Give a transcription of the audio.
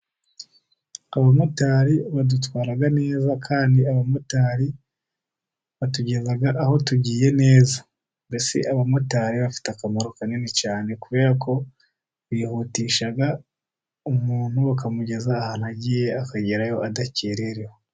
Abamotari badutwara neza, kandi abamotari batugeza aho tugiye neza. Mbese abamotari bafite akamaro kanini cyane, kubera ko bihutisha umuntu, bakamugeza ahantu agiye, akagerayo adakererewe.